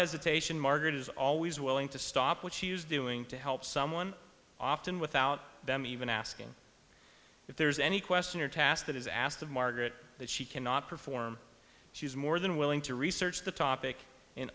hesitation margaret is always willing to stop what she is doing to help someone often without them even asking if there's any question or task that is asked of margaret that she cannot perform she is more than willing to research the topic and